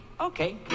Okay